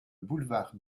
boulevard